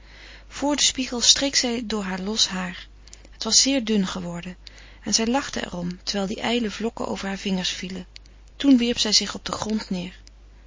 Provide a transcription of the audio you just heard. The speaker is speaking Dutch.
voor den spiegel streek zij door heur los haar het was zeer dun geworden en zij lachte er om terwijl de ijle vlokken over haar vingers vielen toen wierp zij zich op den grond neêr